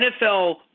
NFL